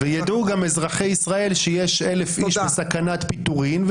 וידעו גם אזרחי ישראל שיש 1,000 איש בסכנת פיטורים,